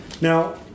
Now